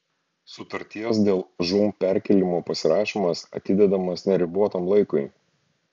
sutarties dėl žūm perkėlimo pasirašymas atidedamas neribotam laikui